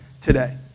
today